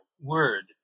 word